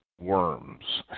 worms